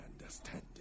understand